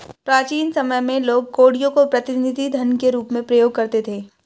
प्राचीन समय में लोग कौड़ियों को प्रतिनिधि धन के रूप में प्रयोग करते थे